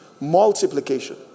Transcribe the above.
Multiplication